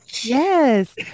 Yes